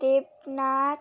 Debnath